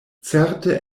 certe